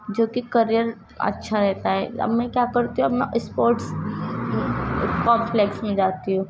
جو کہ کریئر اچھا رہتا ہے اب میں کیا کرتی ہوں اب میں اسپورٹس کامپلکس میں جاتی ہوں